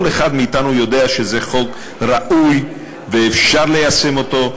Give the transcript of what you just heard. כל אחד מאתנו יודע שזה חוק ראוי ושאפשר ליישם אותו.